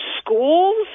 schools